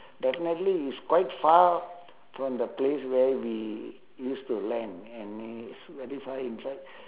definitely it's quite far from the place where we used to land and it's very far inside